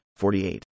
48